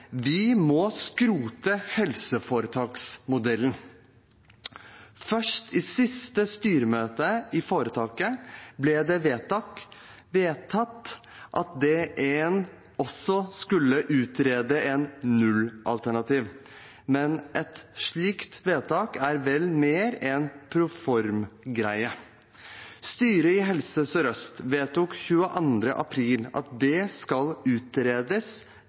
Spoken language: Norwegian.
Vi må skrote helseforetaksmodellen. Først i siste styremøte i foretaket ble det vedtatt at en også skulle utrede et nullalternativ, men et slikt vedtak er vel mer en proformagreie. Styret i Helse Sør-Øst vedtok 22. april at det skal utredes